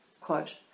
Quote